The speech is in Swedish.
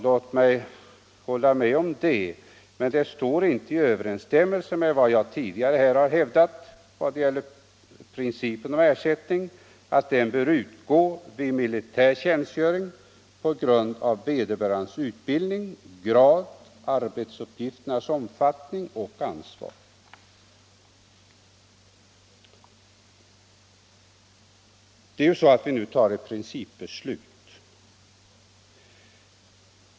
Låt mig hålla med om det, men det står inte i överensstämmelse med vad jag tidigare hävdat angående principen om ersättning att sådan bör utgå vid militär tjänstgöring på grund av vederbörandes utbildning, grad, arbetsuppgifternas omfattning och ansvar. Det är ju så att vi nu tar ett principbeslut.